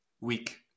week